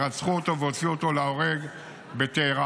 רצחו אותו והוציאו אותו להורג בטהראן.